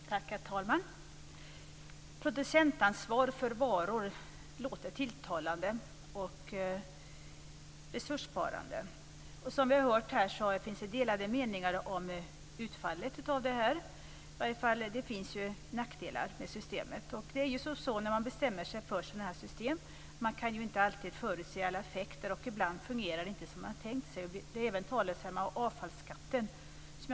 Herr talman! Producentansvar för varor låter tilltalande och resurssparande. Som vi har hört finns det delade meningar om utfallet. Det finns ju nackdelar med systemet. När man bestämmer sig för sådana system går det inte alltid att förutse alla effekter, och ibland fungerar det inte som man hade tänkt sig.